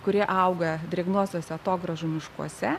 kurie auga drėgnuosiuose atogrąžų miškuose